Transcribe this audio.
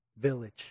village